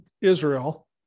Israel